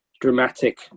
dramatic